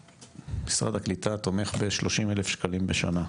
משרד הקליטה תומך ב-30 אלף שקלים בשנה.